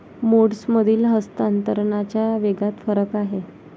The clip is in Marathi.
मोड्समधील हस्तांतरणाच्या वेगात फरक आहे